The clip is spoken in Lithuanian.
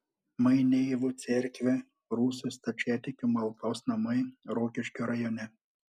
maineivų cerkvė rusų stačiatikių maldos namai rokiškio rajone